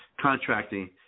contracting